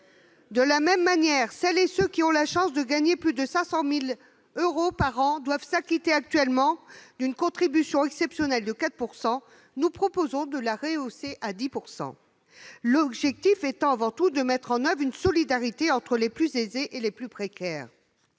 De la même manière, celles et ceux qui ont la chance de gagner plus de 500 000 euros par an doivent actuellement s'acquitter d'une contribution exceptionnelle de 4 %; nous proposons de la rehausser pour la fixer à 10 %. L'objectif est avant tout d'instaurer une solidarité entre les plus aisés et les plus précaires.